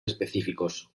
específicos